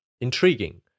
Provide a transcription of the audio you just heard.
intriguing